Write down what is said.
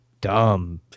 dumb